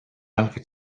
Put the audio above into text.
alpha